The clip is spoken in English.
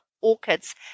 orchids